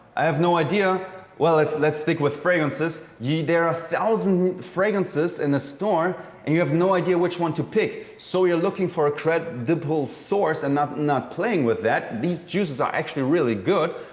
i have no idea well, let's let's stick with fragrances. yeah there are a thousand fragrances in a store and you have no idea which one to pick. so, you're looking for a credible source and not not playing with that. these juices are actually really good.